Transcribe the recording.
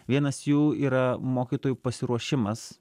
vienas jų yra mokytojų pasiruošimas